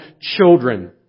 children